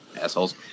assholes